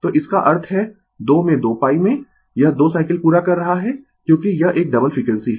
तो इसका अर्थ है 2 में 2π में यह 2 साइकिल पूरा कर रहा है क्योंकि यह एक डबल फ्रीक्वेंसी है